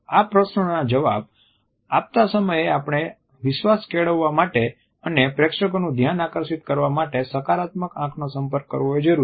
આ પ્રશ્નોના જવાબ આપતા સમયે આપણે વિશ્વાસ કેળવવા માટે અને પ્રેક્ષકોનું ધ્યાન આકર્ષિત કરવા માટે સકારાત્મક આંખનો સંપર્ક કરવો જરૂરી છે